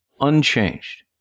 unchanged